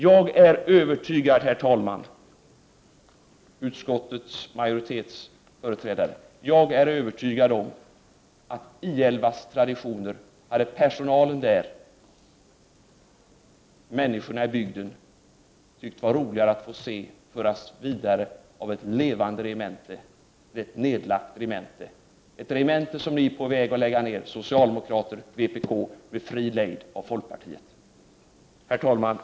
Jag är övertygad, herr talman och utskottsmajoritetens företrädare, om att personalen och människorna i bygden skulle tycka att det var roligare att se I 11:s traditioner föras vidare av ett levande regemente än ett nedlagt regemente — ett regemente som ni socialdemokrater och vpk är på väg att lägga ned, med fri lejd från folkpartiet. Herr talman!